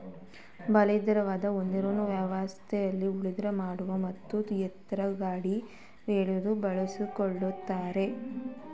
ಬಲಿಷ್ಠವಾದ ಹೋರಿಗಳನ್ನು ವ್ಯವಸಾಯದಲ್ಲಿ ಉಳುಮೆ ಮಾಡಲು ಮತ್ತು ಎತ್ತಿನಗಾಡಿ ಎಳೆಯಲು ಬಳಸಿಕೊಳ್ಳುತ್ತಾರೆ